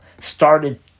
started